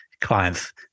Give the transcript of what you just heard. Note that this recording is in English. clients